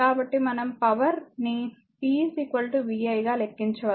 కాబట్టి మనం పవర్ ని p vi గా లెక్కించవచ్చు